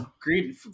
great